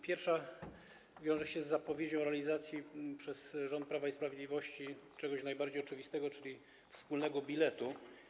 Pierwsze wiąże się z zapowiedzią realizacji przez rząd Prawa i Sprawiedliwości czegoś najbardziej oczywistego, czyli wspólnego biletu.